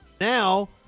now